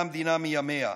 מימיה: